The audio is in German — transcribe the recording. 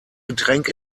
getränk